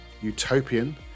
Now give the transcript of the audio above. Utopian